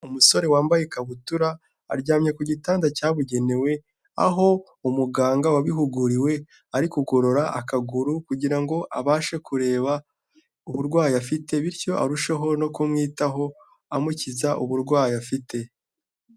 Umusore wambaye ikabutura aryamye ku gitanda cyabugenewe, aho umuganga wabihuguriwe ari kugorora akaguru kugirango abashe kureba uburwayi afite bityo arusheho no kumwitaho amukiza uburwayi afite.